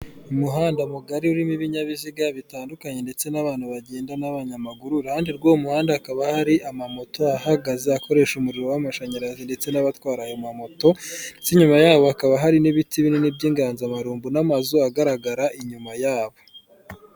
Umuhanda mugari urimo ibinyabiziga bitandukanye ndetse n'abantu bagenda n'abanyamaguru. Iruhande rw'uwo muhanda hakaba hari amamoto ahagaze akoresha umuriro w'amashanyarazi ndetse n'abatwara ayo mamoto. Ndetse inyuma yabo hakaba hari n'ibiti binini by'inganzamarumbu n'amazu agaragara inyuma yabo.